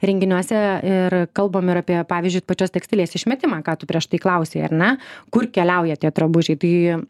renginiuose ir kalbam ir apie pavyzdžiui pačios tekstilės išmetimą ką tu prieš tai klausei ar ne kur keliauja tie drabužiai tai